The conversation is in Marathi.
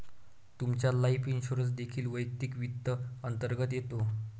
तुमचा लाइफ इन्शुरन्स देखील वैयक्तिक वित्त अंतर्गत येतो